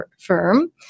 firm